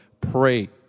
pray